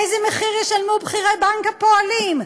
איזה מחיר ישלמו בכירי בנק הפועלים,